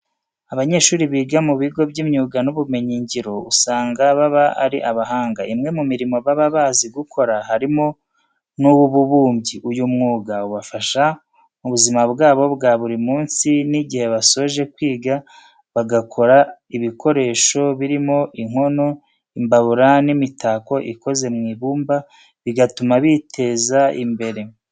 Abanyeshuri biga mu bigo by'imyuga n'ubumenyingiro usanga baba ari abahanga. Imwe mu mirimo baba bazi gukora harimo n'uw'ububumbyi. Uyu mwuga ubafasha mu buzima bwabo bwa buri munsi n'igihe basoje kwiga bagakora ibikoresho birimo inkono, imbabura n'imitako ikoze mu ibumba bigatuma biteza imbere.